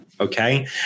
okay